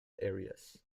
areas